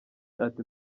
ati